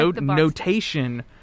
notation